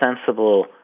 sensible